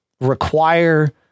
require